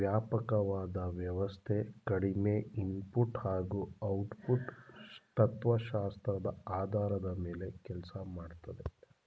ವ್ಯಾಪಕವಾದ ವ್ಯವಸ್ಥೆ ಕಡಿಮೆ ಇನ್ಪುಟ್ ಹಾಗೂ ಔಟ್ಪುಟ್ ತತ್ವಶಾಸ್ತ್ರದ ಆಧಾರದ ಮೇಲೆ ಕೆಲ್ಸ ಮಾಡ್ತದೆ